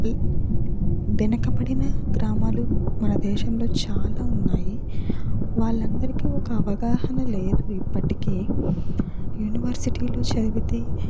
లే వెనకబడిన గ్రామాలు మన దేశంలో చాలా ఉన్నాయి వాళ్ళందరికీ ఒక అవగాహన లేదు ఇప్పటికే యూనివర్సిటీలో చదివితే